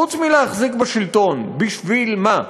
חוץ מלהחזיק בשלטון, בשביל מה?